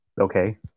Okay